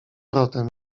rodem